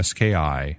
Ski